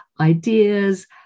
ideas